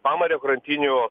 pamario krantinių